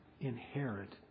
inherit